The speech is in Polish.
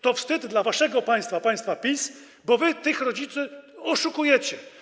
To wstyd dla waszego państwa, państwa PiS, bo wy tych rodziców oszukujecie.